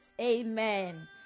Amen